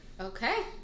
Okay